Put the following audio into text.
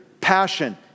passion